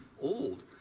old